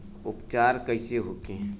उपचार कईसे होखे?